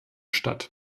statt